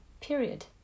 period